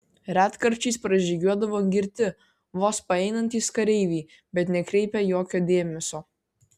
retkarčiais pražygiuodavo girti vos paeinantys kareiviai bet nekreipią jokio dėmesio